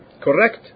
correct